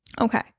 Okay